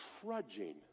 trudging